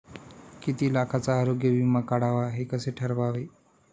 किती लाखाचा आरोग्य विमा काढावा हे कसे ठरवावे?